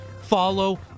follow